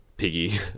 piggy